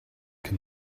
can